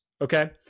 okay